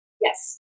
Yes